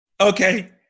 Okay